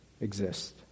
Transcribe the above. exist